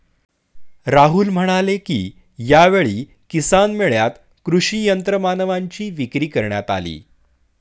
राहुल म्हणाले की, यावेळी किसान मेळ्यात कृषी यंत्रमानवांची विक्री करण्यात आली